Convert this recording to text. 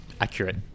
accurate